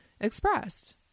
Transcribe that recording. expressed